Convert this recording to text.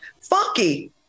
Funky